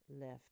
left